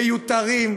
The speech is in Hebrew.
מיותרים,